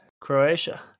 Croatia